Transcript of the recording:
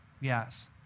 Yes